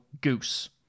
goose